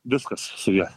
viskas su ja